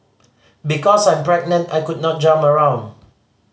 because I'm pregnant I could not jump around